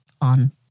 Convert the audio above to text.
on